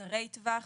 קצרי טווח,